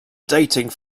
dating